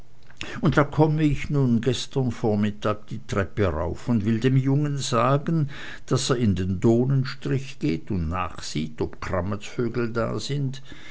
und da komme ich nun gestern vormittag die treppe rauf und will dem jungen sagen daß er in den dohnenstrich geht und nachsieht ob krammetsvögel da sind